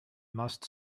must